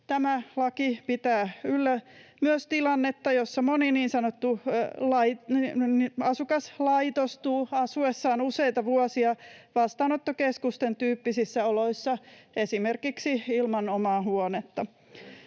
Tämä laki pitää yllä myös tilannetta, jossa moni asukas niin sanotusti laitostuu asuessaan useita vuosia vastaanottokeskusten tyyppisissä oloissa esimerkiksi ilman omaa huonetta.